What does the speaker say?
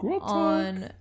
on